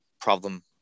problem